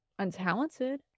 untalented